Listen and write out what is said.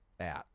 out